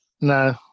No